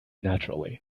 naturally